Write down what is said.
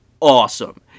awesome